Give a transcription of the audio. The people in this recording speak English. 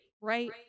right